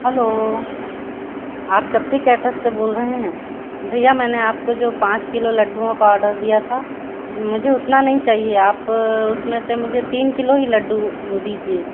hello आप cup tea caterers से बोल रहे हैं भईया मैंने आपको जो पाँच किलो लड्डुओं का ऑर्डर दिया था मुझे उतना नहीं चाहिए आप उसमें से मुझे तीन किलो ही लड्डू दीजिए